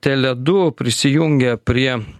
tele du prisijungė prie